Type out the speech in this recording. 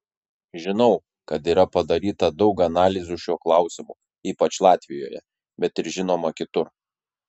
žinau kad yra padaryta daug analizių šiuo klausimu ypač latvijoje bet ir žinoma kitur